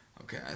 Okay